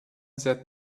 said